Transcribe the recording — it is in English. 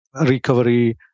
recovery